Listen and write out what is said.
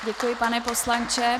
Děkuji, pane poslanče.